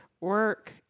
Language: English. work